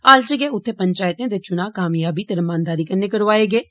हाल च गै उत्थें पंचैत दे चुनां कामयाबी ते रमानदारी कन्नै करोआए गे न